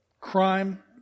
crime